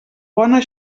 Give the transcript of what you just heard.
bona